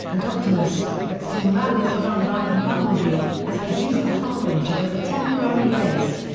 and optimus, but soon rallies around raf and bumblebee, as they use the harbinger as a temporary base.